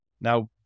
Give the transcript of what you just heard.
Now